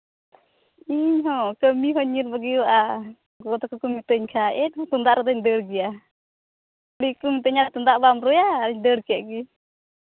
ᱤᱧᱦᱚᱸ ᱠᱟᱹᱢᱤ ᱦᱚᱧ ᱧᱤᱨ ᱵᱟᱹᱜᱤᱭᱟᱜᱼᱟ ᱜᱚᱜᱚ ᱛᱟᱠᱚ ᱠᱚ ᱢᱤᱛᱟᱹᱧ ᱠᱷᱟᱱ ᱮᱱᱦᱚᱸ ᱛᱩᱢᱫᱟᱜ ᱨᱩ ᱫᱚᱧ ᱫᱟᱹᱲ ᱜᱮᱭᱟ ᱡᱩᱫᱤ ᱠᱚ ᱢᱤᱛᱟᱹᱧᱟ ᱛᱩᱢᱫᱟᱜ ᱵᱟᱢ ᱨᱩᱭᱟ ᱟᱫᱚᱧ ᱫᱟᱹᱲ ᱠᱟᱜ ᱜᱮ